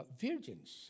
virgins